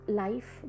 life